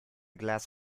glass